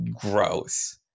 Gross